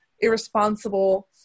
irresponsible